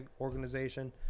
organization